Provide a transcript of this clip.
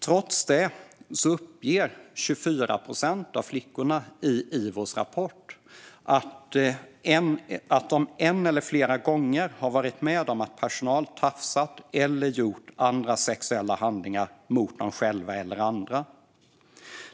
Trots det uppger 24 procent av flickorna i Ivos rapport att de en eller flera gånger har varit med om att personal har tafsat eller utfört andra sexuella handlingar mot dem själva eller andra.